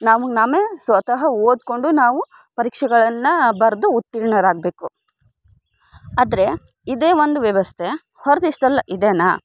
ನಮಗೆ ನಮೇ ಸ್ವತಃ ಓದಿಕೊಂಡು ನಾವು ಪರೀಕ್ಷೆಗಳನ್ನು ಬರೆದು ಉತ್ತೀರ್ಣರಾಗಬೇಕು ಆದರೆ ಇದೇ ಒಂದು ವ್ಯವಸ್ಥೆ ಹೊರ ದೇಶ್ದಲ್ಲಿ ಇದೆನಾ